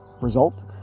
Result